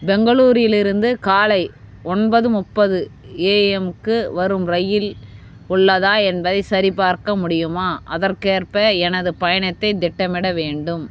பெங்களூரிலிருந்து காலை ஒன்பது முப்பது ஏஎம்க்கு வரும் ரயில் உள்ளதா என்பதைச் சரிபார்க்க முடியுமா அதற்கேற்ப எனது பயணத்தைத் திட்டமிட வேண்டும்